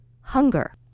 hunger